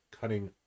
cutting